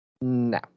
No